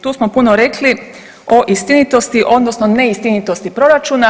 Tu smo puno rekli o istinitosti, odnosno neistinitosti proračuna.